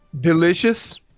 Delicious